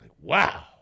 Wow